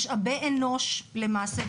משאבי אנוש למעשה,